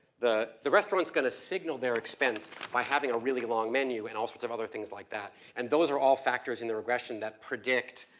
the, the restaurant's gonna signal their expense by having a really long menu and also sorts of other things like that and those are all factors in the regression that predict,